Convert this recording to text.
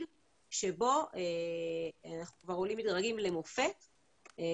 שבו אנחנו כבר עולים מדרגים למוקד השכר והכספים,